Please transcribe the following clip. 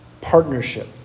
partnership